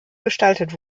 gestaltet